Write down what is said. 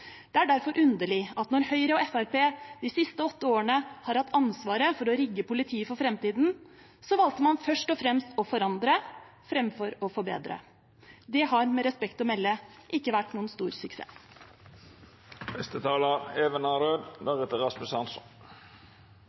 Det er derfor underlig at når Høyre og Fremskrittspartiet de siste åtte årene har hatt ansvaret for å rigge politiet for framtiden, valgte man først og fremst å forandre framfor å forbedre. Det har med respekt å melde ikke vært noen stor